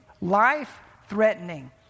life-threatening